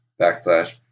backslash